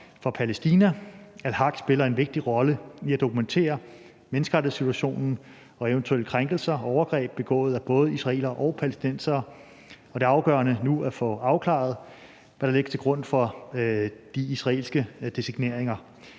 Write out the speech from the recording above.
for Palæstina. Al-Haq spiller en vigtig rolle i at dokumentere menneskerettighedssituationen og eventuelle krænkelser og overgreb begået af både israelere og palæstinensere. Det er afgørende nu at få afklaret, hvad der ligger til grund for de israelske designeringer.